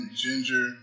ginger